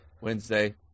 Wednesday